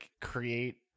create